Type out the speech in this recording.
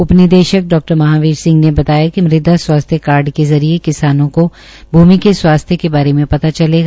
उप निदेशक डा महावीर सिंह ने बताया कि मृदा स्वास्थ्य कार्ड के जरिये किसानों को भूमि के स्वास्थ्य के बारे मे पता चलेगा